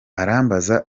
arambaza